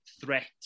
threat